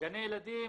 גני ילדים